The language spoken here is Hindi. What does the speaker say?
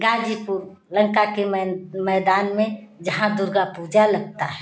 गाजीपुर लंका के मेन मैदान में जहाँ दुर्गा पूजा लगता है